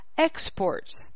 Exports